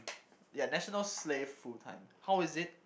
ya national slave full time how is it